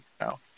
now